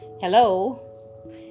Hello